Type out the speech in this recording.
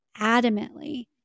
adamantly